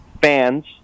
fans